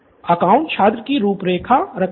account छात्र की रूपरेखा रखेगा